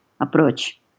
approach